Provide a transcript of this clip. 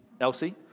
Elsie